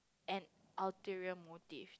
an ulterior motive